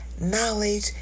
knowledge